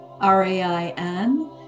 R-A-I-N